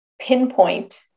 pinpoint